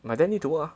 my dad need to work ah